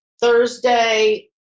Thursday